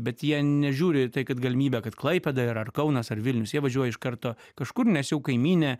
bet jie nežiūri tai kad galimybė kad klaipėda yra ar kaunas ar vilnius jie važiuoja iš karto kažkur nes jau kaimynė